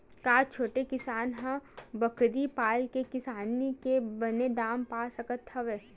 का छोटे किसान ह बकरी पाल के किसानी के बने दाम पा सकत हवय?